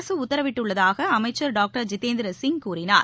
அரசு உத்தரவிட்டுள்ளதாக அமைச்சர் டாக்டர் ஜிதேந்திர சிங் கூறினார்